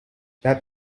that